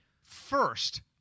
First